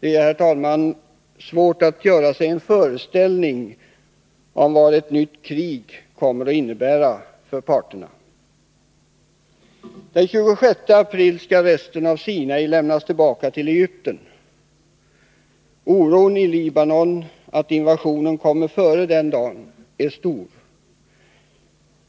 Det är, herr talman, svårt att göra sig en föreställning om vad ett nytt krig kommer att innebära för parterna. Den 26 april skall resten av Sinai lämnas tillbaka till Egypten. Oron i Libanon för att invasionen kommer före den dagen är stor.